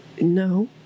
no